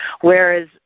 Whereas